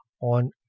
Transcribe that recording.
on